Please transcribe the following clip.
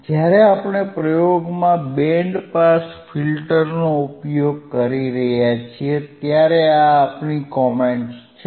જ્યારે આપણે પ્રયોગમાં બેન્ડ પાસ ફિલ્ટરનો ઉપયોગ કરી રહ્યા છીએ ત્યારે આ આપણી કોમેંટસ છે